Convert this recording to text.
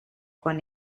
con